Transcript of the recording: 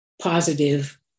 positive